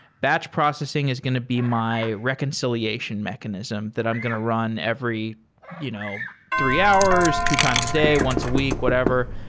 batch processing is going to be my reconciliation mechanism that i'm going to run every you know three hours, two times a day, once a week, whatever.